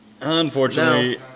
unfortunately